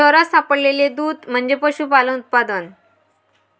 शहरात सापडलेले दूध म्हणजे पशुपालन उत्पादन